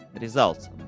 results